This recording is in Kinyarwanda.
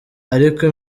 ariko